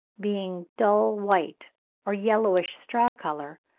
being dull white or yellowish straw-colour,